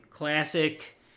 classic